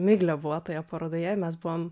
miglė buvo toje parodoje mes buvom